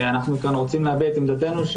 אנחנו כאן רוצים להביע את עמדתנו,